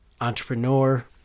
entrepreneur